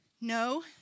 no